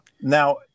Now